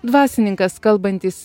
dvasininkas kalbantis